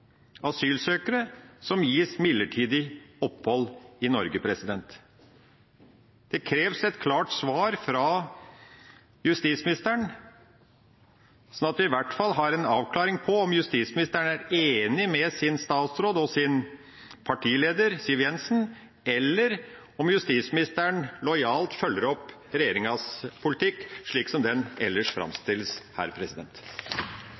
asylsøkerne som gis midlertidig opphold i Norge. Det kreves et klart svar fra justisministeren, slik at vi i hvert fall har en avklaring av om justisministeren er enig med sin statsråd og sin partileder, Siv Jensen, eller om justisministeren lojalt følger opp regjeringas politikk, slik som den